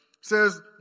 says